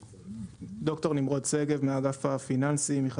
ד"ר נמרוד שגב, מאגף הפיננסים.